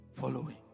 following